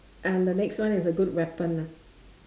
and the next one is a good weapon ah